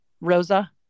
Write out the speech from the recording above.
rosa